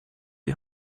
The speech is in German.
die